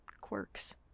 quirks